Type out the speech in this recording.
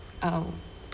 I will